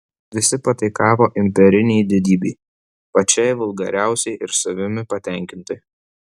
visi pataikavo imperinei didybei pačiai vulgariausiai ir savimi patenkintai